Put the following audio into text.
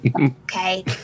Okay